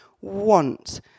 want